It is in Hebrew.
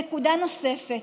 נקודה נוספת: